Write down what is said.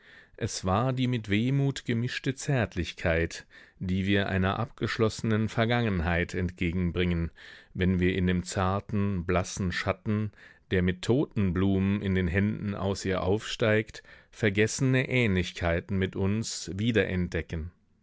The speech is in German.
es war die mit wehmut gemischte zärtlichkeit die wir einer abgeschlossenen vergangenheit entgegenbringen wenn wir in dem zarten blassen schatten der mit totenblumen in den händen aus ihr aufsteigt vergessene ähnlichkeiten mit uns wiederentdecken